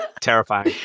terrifying